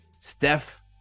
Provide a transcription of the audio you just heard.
Steph